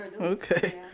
okay